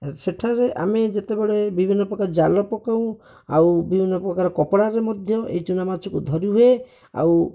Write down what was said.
ସେଠାରେ ଆମେ ଯେତେବେଳେ ବିଭିନ୍ନ ପ୍ରକାର ଜାଲ ପକାଉ ଆଉ ବିଭିନ୍ନ ପ୍ରକାର କପଡ଼ାରେ ମଧ୍ୟ ଏହି ଚୁନା ମାଛକୁ ଧରି ହୁଏ ଆଉ